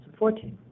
2014